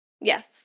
Yes